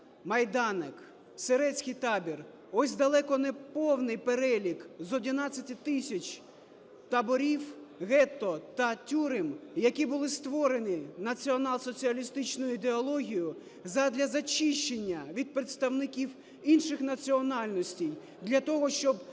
Майданек, Сирецький табір - ось далеко неповний перелік з 11 тисяч таборів Гетто та тюрем, які були створені націонал-соціалістичною ідеологією задля зачищення від представників інших національностей, для того щоб